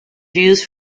used